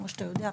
כמו שאתה יודע,